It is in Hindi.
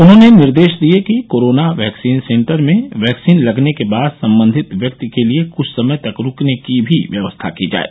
उन्होंने निर्देश दिये कि कोरोना वैक्सीन सेन्टर में वैक्सीन लगने के बाद संबंधित व्यक्ति के लिये कुछ समय रूकने की भी व्यवस्था की जाये